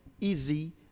easy